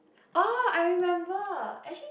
oh I remember actually